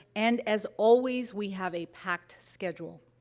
and, as always, we have a packed schedule.